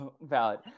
Valid